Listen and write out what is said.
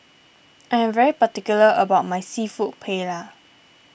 I am very particular about my Seafood Paella